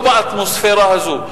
לא באטמוספירה הזו.